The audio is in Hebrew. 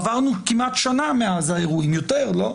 עברנו כמעט שנה מאז האירועים, יותר, לא?